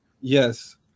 Yes